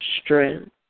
strength